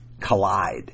collide